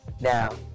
now